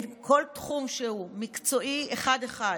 בכל תחום שהוא, מקצועי, אחד-אחד.